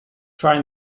try